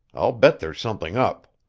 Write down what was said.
i'll bet there's something up.